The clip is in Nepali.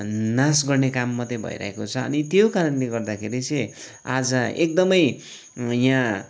नाश गर्ने काम मात्रै भइरहेको छ अनि त्यो कारणले गर्दाखेरि चाहिँ आज एकदमै यहाँ